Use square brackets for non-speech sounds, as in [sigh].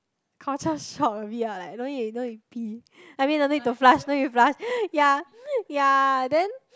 culture shock a bit lah like don't need to don't need to pee I mean no need to flush don't need to flush [laughs] ya [laughs] ya then